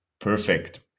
perfect